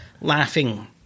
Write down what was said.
laughing